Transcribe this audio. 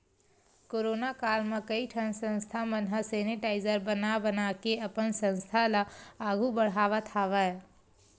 corona काल म कइ ठन संस्था मन ह सेनिटाइजर बना बनाके अपन संस्था ल आघु बड़हाय हवय